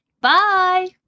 Bye